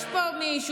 יש פה מישהו,